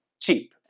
cheap